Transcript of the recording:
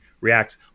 reacts